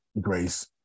Grace